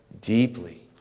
deeply